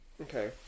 Okay